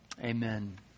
amen